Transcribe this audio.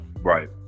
right